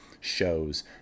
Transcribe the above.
shows